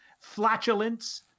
flatulence